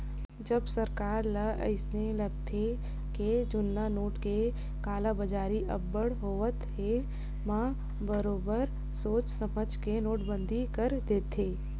जब सरकार ल अइसे लागथे के जुन्ना नोट के कालाबजारी अब्बड़ होवत हे म बरोबर सोच समझ के नोटबंदी कर देथे